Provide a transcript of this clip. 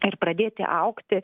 ir pradėti augti